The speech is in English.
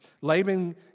Laban